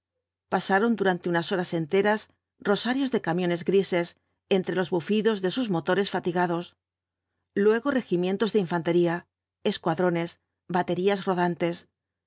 pasaron durante horas enteras rosarios de camiones grises entre los bufidos de sus motores fatigados luego regimieníos de infantería escuadrones baterías rodantes